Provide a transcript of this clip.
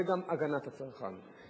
זה גם הגנת הצרכן.